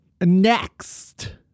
Next